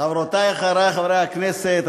חברותי וחברי חברי הכנסת,